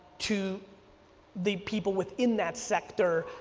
to the people within that sector,